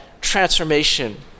transformation